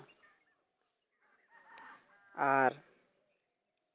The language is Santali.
ᱟᱨ